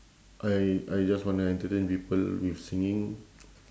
I I just wanna entertain people with singing